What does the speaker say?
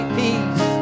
peace